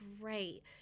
great